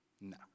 no